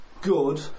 good